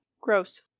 Gross